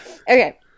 Okay